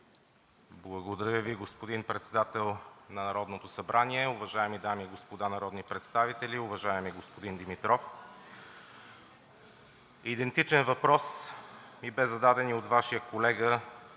Благодаря Ви, господин Председател на Народното събрание. Уважаеми дами и господа народни представители! Уважаеми господин Димитров, идентичен въпрос ми беше зададен и от Вашия колега